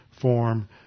form